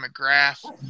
McGrath